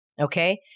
Okay